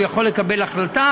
הוא יכול לקבל החלטה,